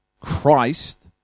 Christ